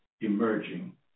emerging